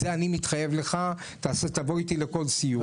זה אני מתחייב לך, תבוא איתי לכל סיור.